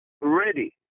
ready